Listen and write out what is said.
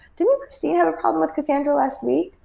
didn't christine have a problem with cassandra last week?